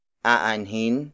Aanhin